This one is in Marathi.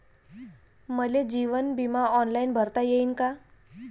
मले जीवन बिमा ऑनलाईन भरता येईन का?